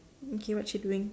okay what's she doing